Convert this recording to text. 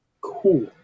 cool